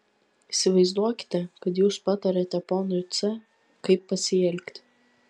įsivaizduokite kad jūs patariate ponui c kaip pasielgti